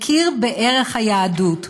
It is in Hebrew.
הכיר בערך היהדות,